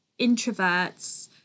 introverts